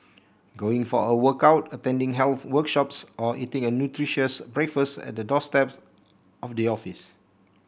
going for a workout attending health workshops or eating a nutritious breakfast at the doorsteps on the office